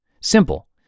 Simple